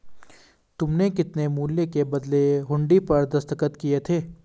तुमने कितने मूल्य के बदले हुंडी पर दस्तखत किए थे?